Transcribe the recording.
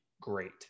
great